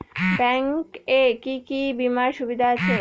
Bank এ কি কী বীমার সুবিধা আছে?